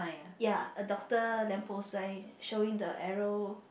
ya a doctor lamp post sign showing the arrow